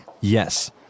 Yes